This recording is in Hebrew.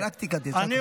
זאת פרקטיקה, תסלח לי.